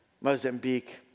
Mozambique